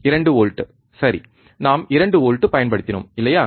2 volt சரி நாம் 2 volt பயன்படுத்தினோம் இல்லையா